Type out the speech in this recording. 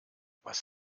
was